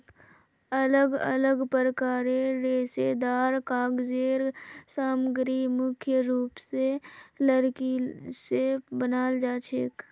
अलग अलग प्रकारेर रेशेदार कागज़ेर सामग्री मुख्य रूप स लकड़ी स बनाल जाछेक